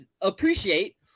appreciate